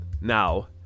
now